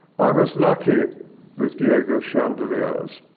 i was lucky with diego's chandeliers.